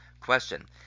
Question